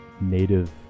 native